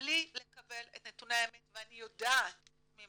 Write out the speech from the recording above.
בלי לקבל את נתוני האמת, ואני יודעת ממקורותיי,